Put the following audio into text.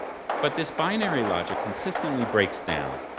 but this binary logic consistently breaks down,